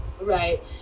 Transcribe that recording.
right